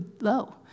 low